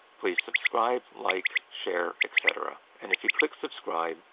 please subscribe, like, share, etc. and if you click subscribe,